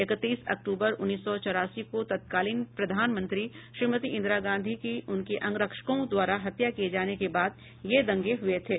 इकतीस अक्तूबर उन्नीस सौ चौरासी को तत्कालीन प्रधानमंत्री श्रीमती इंदिरा गांधी की उनके अंगरक्षकों द्वारा हत्या किए जाने के बाद ये दंगे हुए थे